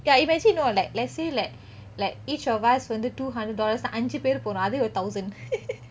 ya imagine you know like let's say like like each of us வந்து:vanthu two hundred dollars அஞ்சு பேர் போறோம் அதே ஒரு:anju per porom athey oru thousand